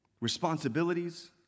responsibilities